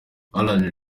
alain